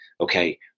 Okay